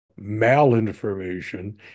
malinformation